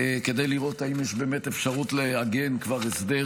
כדי לראות אם יש באמת אפשרות לעגן כבר הסדר